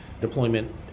deployment